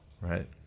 right